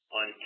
on